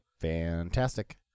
Fantastic